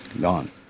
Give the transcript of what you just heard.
gone